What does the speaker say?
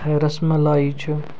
رَسمَلایی چھِ